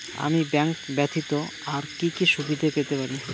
আমি ব্যাংক ব্যথিত আর কি কি সুবিধে পেতে পারি?